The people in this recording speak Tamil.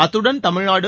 அத்துடன் தமிழ்நாடு